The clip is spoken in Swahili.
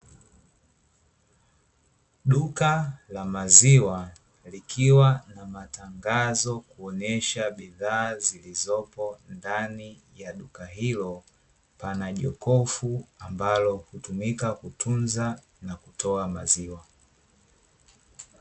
Duka la maziwa likiwa na matangazo kuonyesha bidhaa zilizopo ndani ya duka hilo. Pana jokofu ambalo hutumika kutunza na kutoa maziwa.